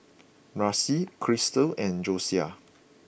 Marcy Krystle and Josiah